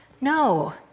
No